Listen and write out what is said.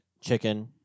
chicken